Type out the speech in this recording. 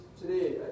today